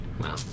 Wow